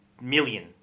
million